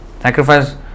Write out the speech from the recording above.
Sacrifice